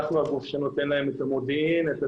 אנחנו הגוף שנותן להם את המודיעין ואת